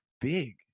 big